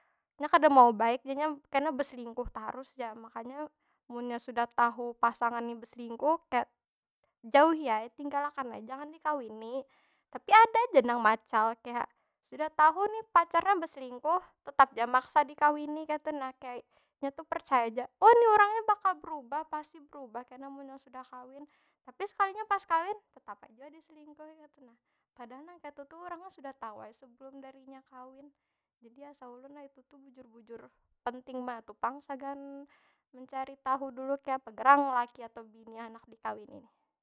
Nya kada mau baik, jarnya kena beselingkuh tarus jar. Makanya munnya sudah tahu pasangannya beselingkuh, kaya jauhi ai, tinggal akan ai, jangan dikawini. Tapi ada ja nang macal, kaya sudah tahu ni pacarnya beselingkuh, tetap ja maksa dikawini kaytu nah. Kaya nya tu percaya ja, nih urangnya bakal berubah, pasti berubah kena munnya sudah kawin. Tapi sekalinya pas kawin, tetap ai jua diselingkuhi kaytu nah. Padahal nang kaytu tuh urangnya sudah tau ai sebelum dari inya kawin. Jadi asa ulun lah itu tu, bujur- bujur penting banar tu pang sagan mencari tahu dulu. Kayapa gerang laki atau bini yang handak dikawini nih?